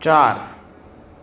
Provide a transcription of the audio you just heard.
ચાર